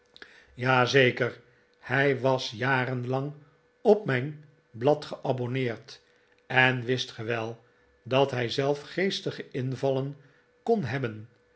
zeker hij was jarenlang op mijn blad geabonneerd en wist ge wel dat hij zelf geestige invallen kon hebben